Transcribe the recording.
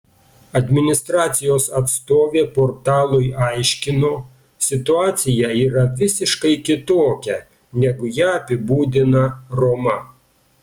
administracijos atstovė portalui aiškino situacija yra visiškai kitokia negu ją apibūdina roma